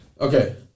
Okay